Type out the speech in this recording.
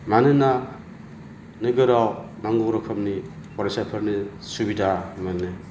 मानोना नोगोराव नांगौ रोखोमनि फरायसाफोरनो सुबिदा मोनो